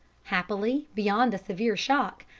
happily, beyond a severe shock,